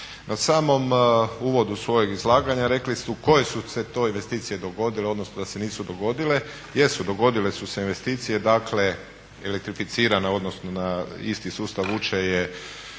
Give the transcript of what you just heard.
Na samom uvodu svojeg izlaganja rekli ste koje su se to investicije dogodile, odnosno da se nisu dogodile. Jesu dogodile su se investicije, dakle elektrificirane odnosno na isti sustav vuče je